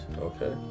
Okay